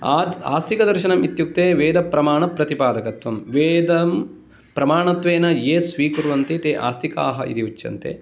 आत् आस्तिकदर्शनम् इत्युक्ते वेदप्रमाणप्रतिपादकत्वं वेदं प्रमाणत्वेन ये स्वीकुर्वन्ति ते आस्तिकाः इति उच्यन्ते